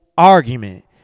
argument